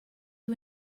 you